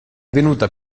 venuta